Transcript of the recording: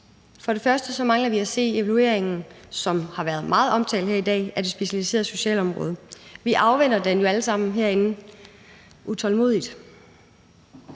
For det første mangler vi at se evalueringen, som har været meget omtalt her i dag, af det specialiserede socialområde. Vi afventer den jo alle sammen herinde utålmodigt.